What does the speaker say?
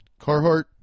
Carhartt